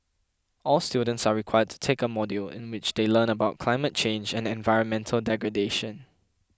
all students are required to take a module in which they learn about climate change and environmental degradation